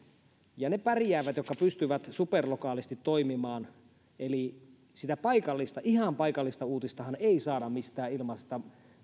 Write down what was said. ne pärjäävät jotka pystyvät toimimaan superlokaalisti sitä ihan paikallista uutistahan ei saada mistään ilmaisista